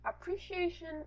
appreciation